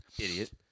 Idiot